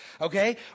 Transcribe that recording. okay